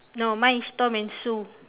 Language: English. no mine is tom and sue